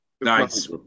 Nice